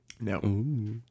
No